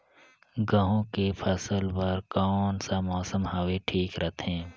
गहूं के फसल बर कौन सा मौसम हवे ठीक रथे?